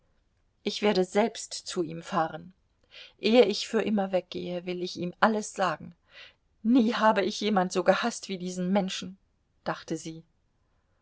ich werde selbst zu ihm fahren ehe ich für immer weggehe will ich ihm alles sagen nie habe ich jemand so gehaßt wie diesen menschen dachte sie